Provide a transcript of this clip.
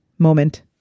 Moment